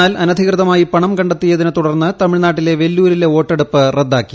എന്നാൽ അനധികൃതമായി പണം ക ത്തിയതിനെ തുടർന്ന് തമിഴ്നാട് വെല്ലൂരിലെ വോട്ടെടുപ്പ് റദ്ദാക്കി